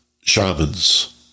shamans